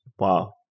Wow